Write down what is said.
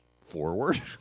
forward